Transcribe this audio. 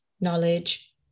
knowledge